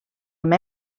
amb